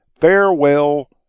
Farewell